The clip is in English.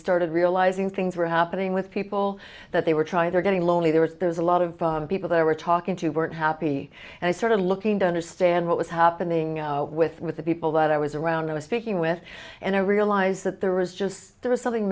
started realizing things were happening with people that they were trying they're getting lonely there was there's a lot of people there were talking to weren't happy and i started looking to understand what was happening with with the people that i was around i was speaking with and i realized that there was just there was something